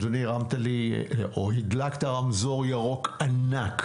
אדוני, הדלקת לי רמזור ירוק ענק.